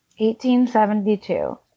1872